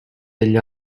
degli